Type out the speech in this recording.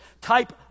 type